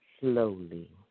Slowly